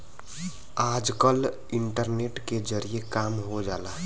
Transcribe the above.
आजकल इन्टरनेट के जरिए काम हो जाला